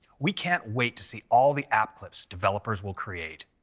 we can't wait to see all the app clips developers will create.